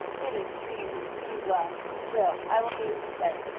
it is treating him too well. still, i will do as you say.